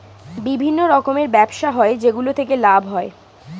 বিভিন্ন রকমের ব্যবসা হয় যেগুলো থেকে লাভ হয়